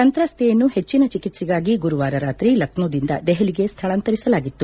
ಸಂತ್ರಸ್ತೆಯನ್ನು ಹೆಚ್ಚಿನ ಚಿಕಿತ್ಸೆಗಾಗಿ ಗುರುವಾರ ರಾತ್ರಿ ಲಖ್ಯೋದಿಂದ ದೆಹಲಿಗೆ ಸ್ಥಳಾಂತರಿಸಲಾಗಿತ್ತು